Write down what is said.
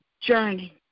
journey